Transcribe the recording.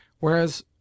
whereas